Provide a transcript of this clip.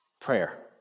Prayer